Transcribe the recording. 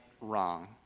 wrong